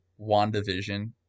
WandaVision